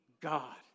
God